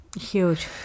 Huge